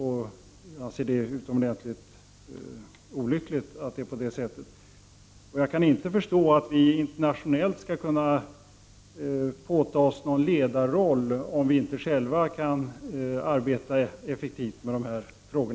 Jag anser att det är utomordentlig olyckligt att det förhåller sig så. Jag kan inte förstå hur vi internationellt skall kunna påta oss någon ledaroll om vi inte själva kan arbeta effektivt med dessa frågor.